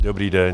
Dobrý den.